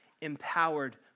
empowered